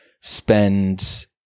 spend